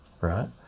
right